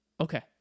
Okay